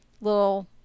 little